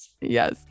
Yes